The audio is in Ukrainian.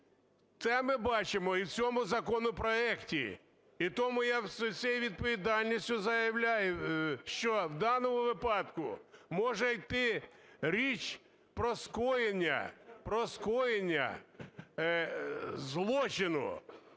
Це ми бачимо і в цьому законопроекті. І тому я з усією відповідальністю заявляю, що в даному випадку може йти річ про скоєння злочину